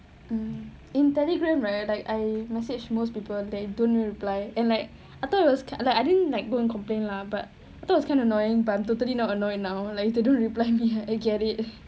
mm in Telegram right like I message most people they don't reply and like I thought it was like I didn't like go and complain lah but I thought it's kind of annoying but I'm totally not annoyed now like if you don't reply me I get it